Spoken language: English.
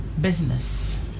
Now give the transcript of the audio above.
business